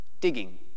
digging